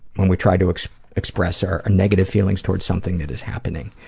when we try to express our negative feelings towards something that is happening.